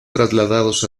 trasladados